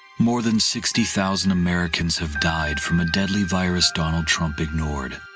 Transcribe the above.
more than sixty thousand americans have died from a deadly virus donald trump ignored.